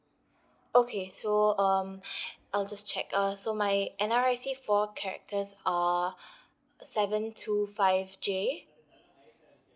okay so um I'll just check uh so my N_R_I_C four characters are seven two five J